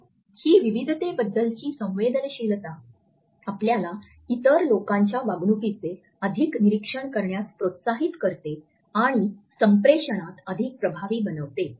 तर ही विविधतेबद्दलची संवेदनशीलता आपल्याला इतर लोकांच्या वागणुकीचे अधिक निरीक्षण करण्यास प्रोत्साहित करते आणि संप्रेषणात अधिक प्रभावी बनवते